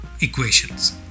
equations